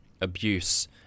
abuse